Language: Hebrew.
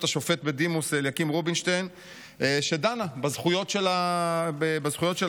השופט בדימוס אליקים רובינשטיין שדנה בזכויות של היתומים.